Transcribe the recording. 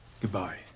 goodbye